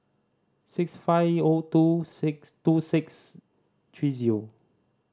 six five O two six two six three zero